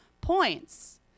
points